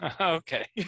Okay